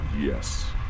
Yes